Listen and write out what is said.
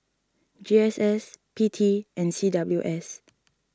G S S P T and C W S